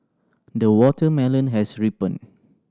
the watermelon has ripened